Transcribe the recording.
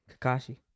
Kakashi